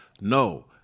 no